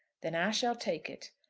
then i shall take it.